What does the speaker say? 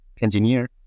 engineer